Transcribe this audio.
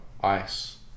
ice